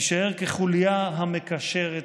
הישאר כחוליה המקשרת,